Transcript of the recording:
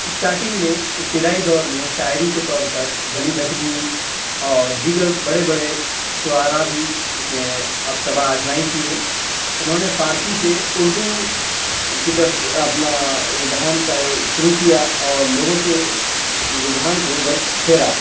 starting میں ابتدائی دور میں شاعری کے طور پر ولی دکنی اور دیگر بڑے بڑے شعرا بھی اس میں طبع آزمائی کیے انہوں نے فارسی سے اردو کی طرف اپنا رجحان شروع کیا اور لوگوں کے رجحان کو ادھر پھیرا